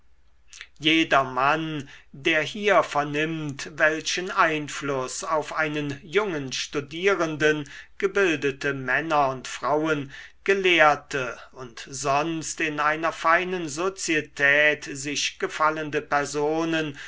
jedermann der hier vernimmt welchen einfluß auf einen jungen studierenden gebildete männer und frauen gelehrte und sonst in einer feinen sozietät sich gefallende personen